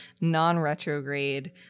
non-retrograde